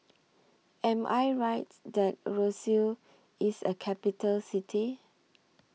Am I Right that Roseau IS A Capital City